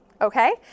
Okay